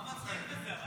מה מצחיק בזה?